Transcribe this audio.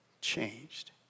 changed